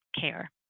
care